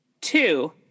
Two